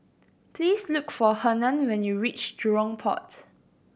please look for Hernan when you reach Jurong Port